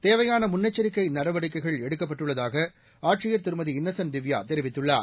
தேவையான முன்னெச்சிக்கை நடவடிக்கைகள் எடுக்கப்பட்டுள்ளதாக ஆட்சியர் திருமதி இன்னசென்ட் திவ்யா தெரிவித்துள்ளார்